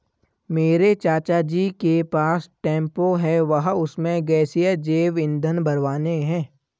मेरे चाचा जी के पास टेंपो है वह उसमें गैसीय जैव ईंधन भरवाने हैं